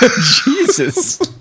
Jesus